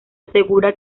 asegura